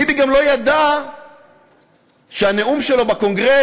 ביבי גם לא ידע שהנאום שלו בקונגרס,